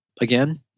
again